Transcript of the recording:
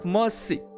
mercy